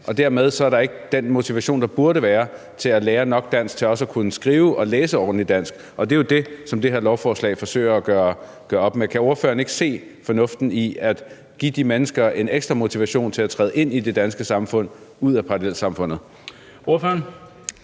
og dermed er der ikke den motivation, der burde være, til at lære nok dansk til også at kunne skrive og læse ordentligt dansk. Det er jo det, som det her beslutningsforslag forsøger at gøre op med. Kan ordføreren ikke se fornuften i at give de mennesker en ekstra motivation til at træde ind i det danske samfund og ud af parallelsamfundet?